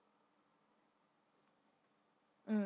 mm